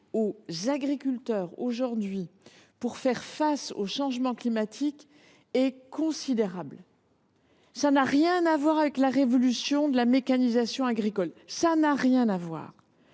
aux agriculteurs pour faire face au changement climatique est considérable et n’a rien à voir avec la révolution de la mécanisation agricole. Cela requiert